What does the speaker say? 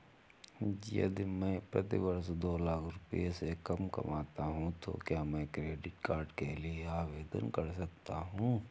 यदि मैं प्रति वर्ष दो लाख से कम कमाता हूँ तो क्या मैं क्रेडिट कार्ड के लिए आवेदन कर सकता हूँ?